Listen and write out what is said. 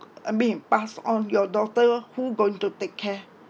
I mean passed on your daughter who going to take care